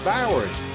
Bowers